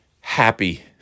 happy